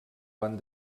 van